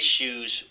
issues